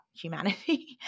humanity